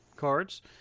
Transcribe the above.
Cards